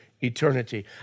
eternity